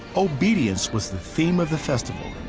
obedience was the theme of the festival,